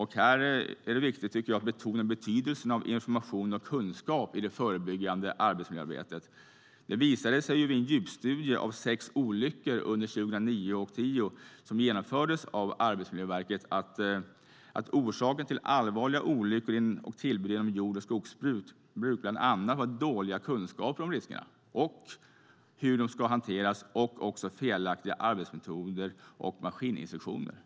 Här tycker jag att det är viktigt att betona betydelsen av information och kunskap i det förebyggande arbetsmiljöarbetet. Vid en djupstudie av sex olyckor under 2009-2010 genomförd av Arbetsmiljöverket visade det sig att orsaken till allvarliga olyckor och tillbud inom jord och skogsbruk bland annat var dåliga kunskaper om riskerna och om hur de ska hanteras. Vidare gällde det felaktiga arbetsmetoder och maskininstruktioner.